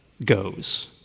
goes